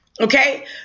okay